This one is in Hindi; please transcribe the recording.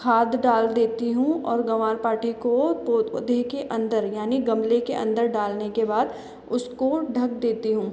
खाद डाल देती हूँ और ग्वारपाठे को पौधे के अंदर यानी गमले के अंदर डालने के बाद उसको ढंक देती हूँ